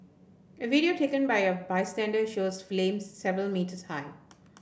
a video taken by a bystander shows flames several metres high